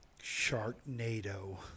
Sharknado